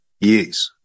Yes